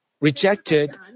rejected